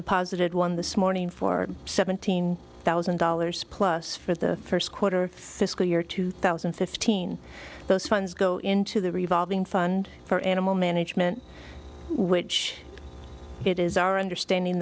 deposited one this morning for seventeen thousand dollars plus for the first quarter fiscal year two thousand and fifteen those funds go into the revolving fund for animal management which it is our understanding